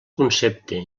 concepte